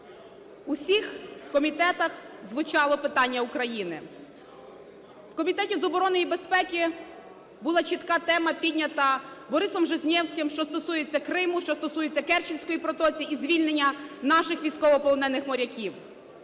всіх комітетах звучало питання України. В Комітеті з оборони і безпеки була чітка тема піднята Борисом Жизневським, що стосується Криму, що стосується Керченської протоки і звільнення наших військовополонених моряків.